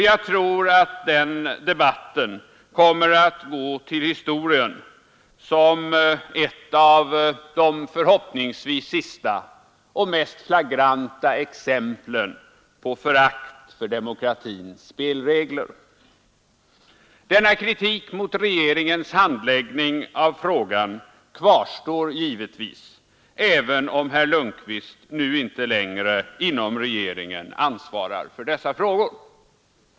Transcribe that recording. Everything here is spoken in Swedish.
Jag tror att den debatten kommer att gå till historien som ett av de förhoppningsvis sista och mest flagranta exemplen på förakt för demokratins spelregler. Denna kritik mot regeringens handläggning av frågan kvarstår givetvis, även om herr Lundkvist nu inte längre inom regeringen ansvarar för dessa frågor.